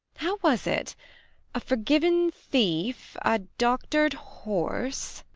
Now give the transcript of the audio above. how was it a forgiven thief, a doctored horse.